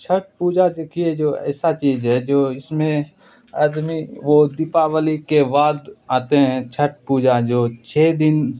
چھٹ پوجا جو کہ جو ایسا چیز ہے جو اس میں آدمی وہ دیپاولی کے واد آتے ہیں چھٹ پوجا جو چھ دن